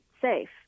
safe